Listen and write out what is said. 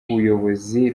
ubuyobozi